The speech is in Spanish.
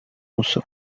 uso